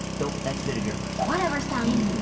no, that's vinegar. whateverstein.